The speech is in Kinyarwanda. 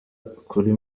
kuri